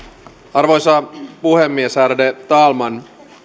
arvoisa puhemies ärade talman